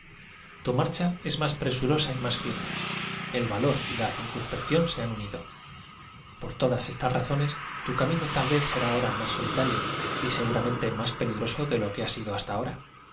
tu marcha es más presurosa y más firme el va lo r y la circunspección se han unido por todas estas razones tu camino tal v e z será ahora más solitario y seguramente más peligroso de lo que ha sido hasta ahora